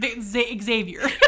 Xavier